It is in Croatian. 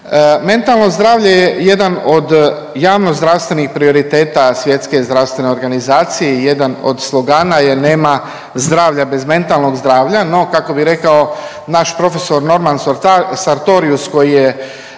Mentalno zdravlje je jedan od javnozdravstvenih prioriteta Svjetske zdravstvene organizacije i jedan od slogana jer nema zdravlja bez mentalnog zdravlja, no kako bi rekao naš profesor Norman Sartorius koji je